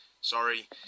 Sorry